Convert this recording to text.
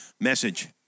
message